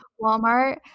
Walmart